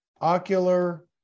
ocular